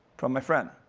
from my friend.